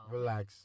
Relax